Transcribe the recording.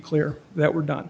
clear that we're done